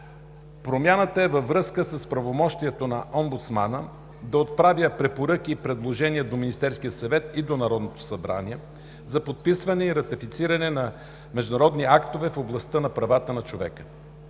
Промяната е във връзка с правомощието на омбудсмана да отправя препоръки и предложения до Министерския съвет и до Народното събрание за подписване и ратифициране на международни актове в областта на правата на човека.